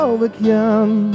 Overcome